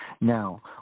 Now